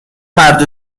مرد